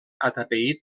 atapeït